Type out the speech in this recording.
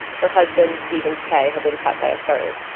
her husband, steven's pay had been cut by a third.